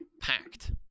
packed